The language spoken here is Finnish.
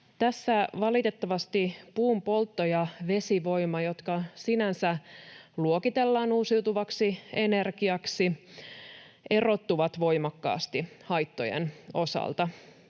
Tässä valitettavasti puunpoltto ja vesivoima, jotka sinänsä luokitellaan uusiutuvaksi energiaksi, erottuvat voimakkaasti haittojen osalta.